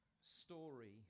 story